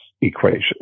equation